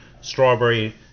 strawberry